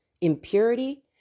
impurity